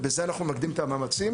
ובזה אנחנו ממקדים את המאמצים.